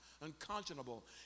unconscionable